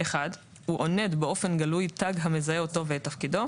(1) הוא עונד באופן גלוי תג המזהה אותו ואת תפקידו.